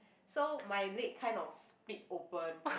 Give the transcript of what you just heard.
so my leg kind of split open